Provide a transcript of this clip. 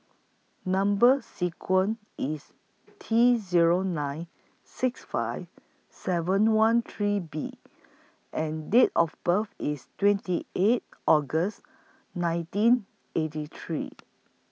Number sequence IS T Zero nine six five seven one three B and Date of birth IS twenty eight August nineteen eighty three